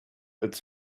its